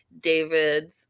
David's